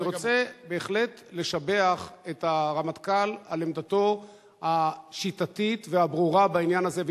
אני רוצה בהחלט לשבח את הרמטכ"ל על עמדתו השיטתית והברורה בעניין הזה.